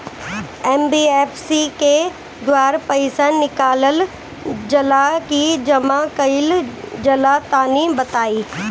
NBFC के द्वारा पईसा निकालल जला की जमा कइल जला तनि बताई?